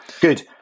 Good